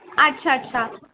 अच्छा अच्छा